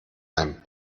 ein